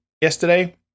yesterday